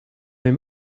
mes